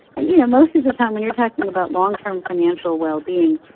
and, you know, most of the time, when you're talking about long-term financial well-being,